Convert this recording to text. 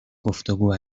گفتگو